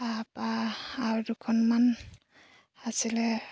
তাৰপা আৰু দুখনমান আছিলে